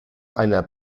einer